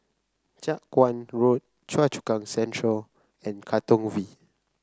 Jiak Chuan Road Choa Chu Kang Central and Katong V